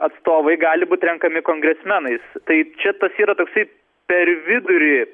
atstovai gali būt renkami kongresmenais tai čia tas yra toksai per vidurį